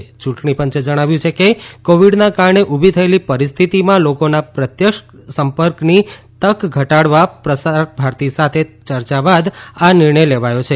યુંટણી પંચે જણાવ્યું છે કે કોવીડના કારણે ઉભી થયેલી પરિસ્થિતિમાં લોકોના પ્રત્યક્ષ સંપર્કની તક ઘટાડવા પ્રસાર ભારતી સાથે ચર્ચા બાદ આ નિર્ણય લેવાયો છે